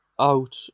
out